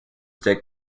dick